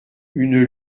une